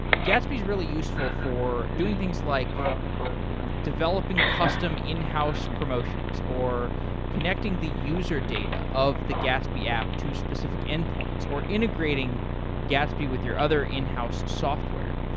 gatsby really useful for doing things like developing custom in-house promotions or connecting the user data of the gatsby app to specific endpoints or integrating gatsby with your other in-house software.